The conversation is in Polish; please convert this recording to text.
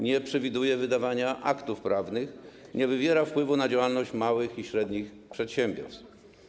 Nie przewiduje wydawania aktów prawnych, nie wywiera wpływu na działalność małych i średnich przedsiębiorstw.